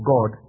God